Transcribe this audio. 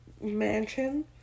Mansion